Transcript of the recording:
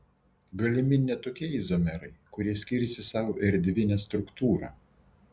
galimi net tokie izomerai kurie skiriasi savo erdvine struktūra